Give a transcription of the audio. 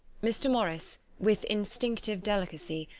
mr. morris, with instinctive delicacy,